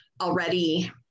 already